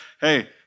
Hey